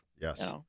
Yes